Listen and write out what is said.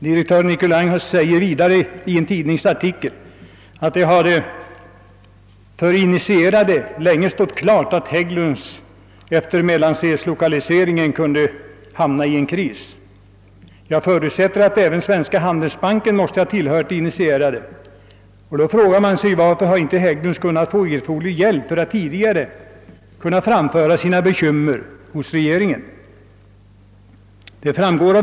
Direktör Nicolin säger också i ett tidningsuttalande, att det länge hade stått klart för initierade att Hägglunds kunde hamna i en kris efter lokaliseringen till Mellansel. Jag förutsätter att även Svenska handelsbanken måste ha tillhört de initierade, och då frågar man sig varför inte Hägglunds kunnat få erforderlig hjälp för att tidigare framföra sina bekymmer till regeringen.